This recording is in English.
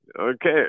Okay